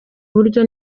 buryo